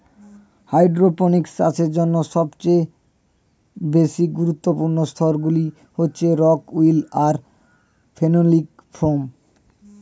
hydroponics চাষের জন্য সবচেয়ে গুরুত্বপূর্ণ স্তরগুলি হচ্ছে রক্ উল আর ফেনোলিক ফোম